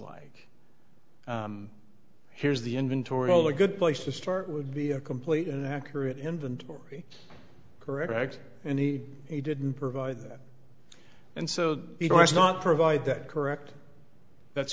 like here's the inventory of a good place to start would be a complete and accurate inventory correct and he didn't provide and so it was not provide that correct that's